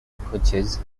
approaches